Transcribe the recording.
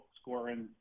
scoring